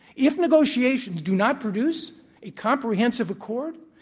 if negotiations do not produce a comprehensive accord,